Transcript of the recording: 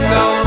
go